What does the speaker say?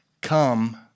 come